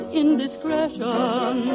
indiscretion